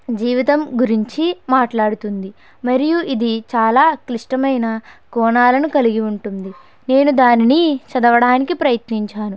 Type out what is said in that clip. జీవితం గురించి మాట్లాడుతుంది మరియు ఇది చాలా క్లిష్టమైన కోణాలను కలిగి ఉంటుంది నేను దానిని చదవడానికి ప్రయత్నించాను